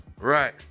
Right